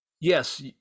yes